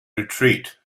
retreat